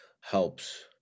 helps